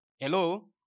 Hello